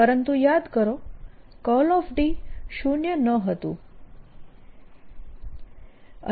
પરંતુ યાદ કરો D શૂન્ય ન હતું